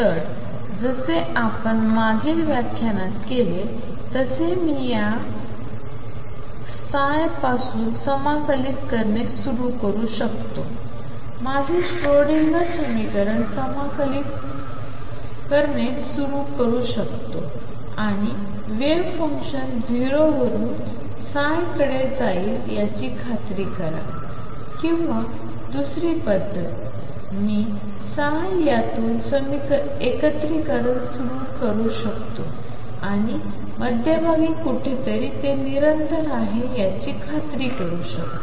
तर जसे आपण मागील व्याख्यानात केले तसे मी या पासून समाकलित करणे सुरू करू शकतो माझे श्रोडिंगर समीकरण समाकलित करू शकतो आणि वेव्ह फंक्शन 0 वरून कडे जाईल याची खात्री करा किंवा दुसरी पद्धत मी यातून एकीकरण सुरू करू शकतो आणि मध्यभागी कुठेतरी ते निरंतर आहे याची खात्री करू शकतो